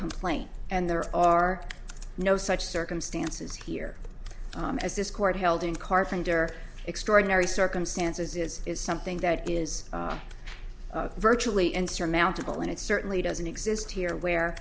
complaint and there are no such circumstances here as this court held in carpenter extraordinary circumstances is is something that is virtually insurmountable and it certainly doesn't exist here where